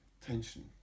tension